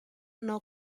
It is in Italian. non